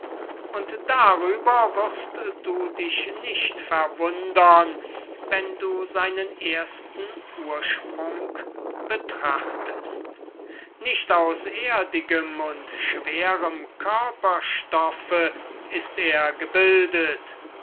und darüber wirst du dich nicht verwundern wenn du seinen ersten ursprung betrachtest nicht aus erdigem und schwerem körperstoffe ist er gebildet